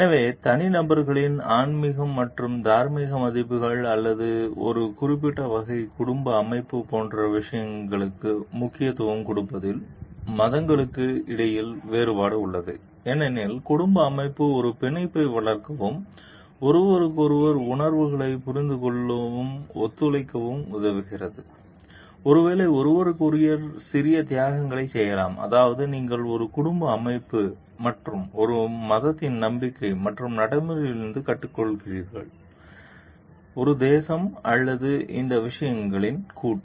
எனவே தனிநபர்களின் ஆன்மீக மற்றும் தார்மீக மதிப்புகள் அல்லது ஒரு குறிப்பிட்ட வகையான குடும்ப அமைப்பு போன்ற விஷயங்களுக்கு முக்கியத்துவம் கொடுப்பதில் மதங்களுக்கு இடையில் வேறுபாடு உள்ளது ஏனெனில் குடும்ப அமைப்பு ஒரு பிணைப்பை வளர்க்கவும் ஒருவருக்கொருவர் உணர்வுகளைப் புரிந்துகொள்ளவும் ஒத்துழைக்கவும் உதவுகிறது ஒருவேளை ஒருவருக்கொருவர் சிறிய தியாகங்களைச் செய்யலாம் அதாவது நீங்கள் ஒரு குடும்ப அமைப்பு மற்றும் ஒரு மதத்தின் நம்பிக்கை மற்றும் நடைமுறையிலிருந்து கற்றுக்கொள்கிறீர்கள் ஒரு தேசம் அல்லது இந்த விஷயங்களின் கூட்டு